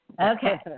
Okay